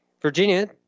Virginia